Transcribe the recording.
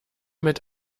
mit